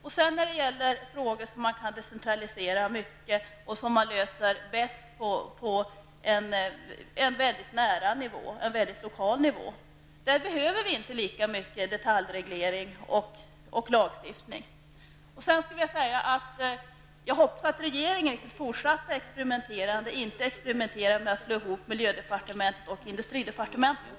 I andra frågor, som man kan decentralisera mera och som man bäst löser på en nära lokal nivå, behöver vi inte lika mycket detaljreglering och lagstiftning. Jag vill också säga att jag hoppas att regeringen i sitt fortsatta experimenterande inte experimenterar med att slå ihop miljödepartementet och industridepartementet.